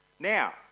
Now